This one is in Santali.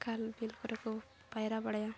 ᱠᱷᱟᱞ ᱵᱤᱞ ᱠᱚᱨᱮ ᱠᱚ ᱯᱟᱭᱨᱟ ᱵᱟᱲᱟᱭᱟ